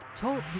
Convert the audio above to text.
Talk